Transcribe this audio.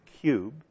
cube